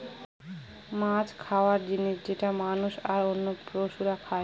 মাছ খাবার জিনিস যেটাকে মানুষ, আর অন্য পশুরা খাই